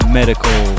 medical